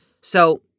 So-